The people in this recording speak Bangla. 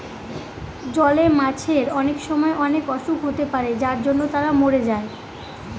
জলে মাছের অনেক সময় অনেক অসুখ হতে পারে যার জন্য তারা মরে যায়